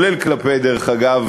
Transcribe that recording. דרך אגב,